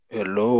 Hello